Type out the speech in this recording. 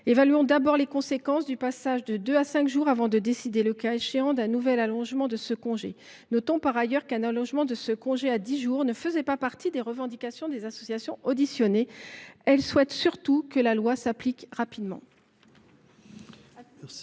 Évaluons d’abord les conséquences du passage de deux jours à cinq jours, avant de décider, le cas échéant, d’un nouvel allongement de ce congé. Notons par ailleurs qu’un allongement de ce congé à dix jours ne faisait pas partie des revendications des associations auditionnées. Ces dernières souhaitent surtout que la loi s’applique rapidement.